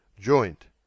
Joint